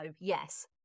yes